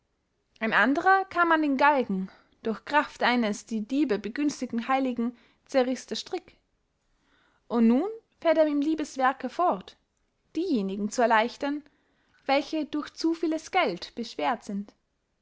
ein anderer kam an den galgen durch kraft eines die diebe begünstigenden heiligen zerriß der strick und nun fährt er im liebeswerke fort diejenigen zu erleichtern welche durch zu vieles geld beschwert sind